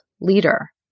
leader